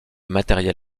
matériel